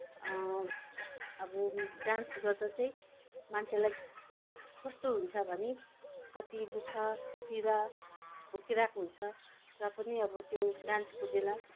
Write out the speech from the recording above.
अब डान्स गर्दा चाहिँ मान्छेलाई कस्तो हुन्छ भने कति दुःख पिडा बोकिरहेको हुन्छ र पनि अब त्यो डान्सको बेला